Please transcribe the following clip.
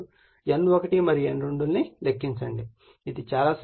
N1 మరియు N2 లను లెక్కించండి చాలా సులభమైనది